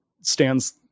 stands